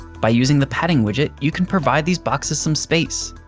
by using the padding widget, you can provide these boxes some space.